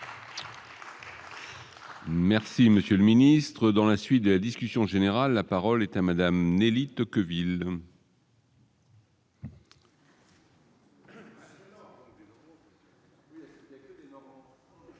Merci monsieur le ministre, dans la suite de la discussion générale, la parole est à Madame Nelly Tocqueville. Non,